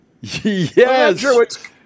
Yes